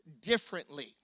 differently